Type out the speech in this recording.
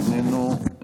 איננו,